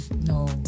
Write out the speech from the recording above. no